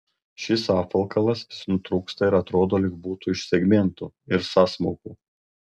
šis apvalkalas vis nutrūksta ir atrodo lyg būtų iš segmentų ir sąsmaukų